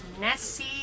Nessie